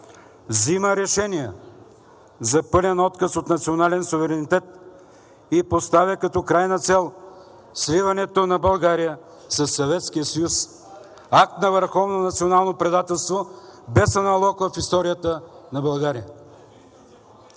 взима решение за пълен отказ от национален суверенитет и поставя като крайна цел сливането на България със СССР – акт на върховно национално предателство, без аналог в историята на България!